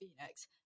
Phoenix